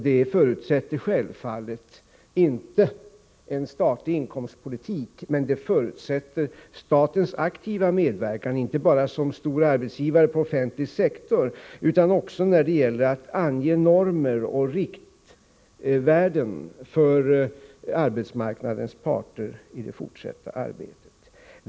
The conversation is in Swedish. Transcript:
Detta förutsätter inte obetingat en statlig inkomstpolitik, men det förutsätter statens aktiva medverkan inte bara som stor arbetsgivare på den offentliga sektorn utan också när det gäller att ange normer och riktvärden för arbetsmarknadens parter.